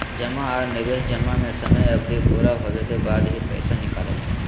जमा आर निवेश जमा में समय अवधि पूरा होबे के बाद ही पैसा निकालल जा हय